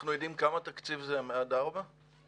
אנחנו יודעים כמה תקציב זה עד ארבעה קילומטר?